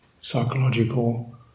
psychological